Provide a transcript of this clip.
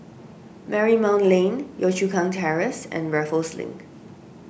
Marymount Lane Yio Chu Kang Terrace and Raffles Link